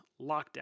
lockdown